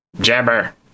Jabber